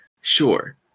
sure